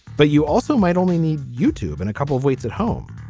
but you also might only need youtube and a couple of weights at home.